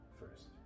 first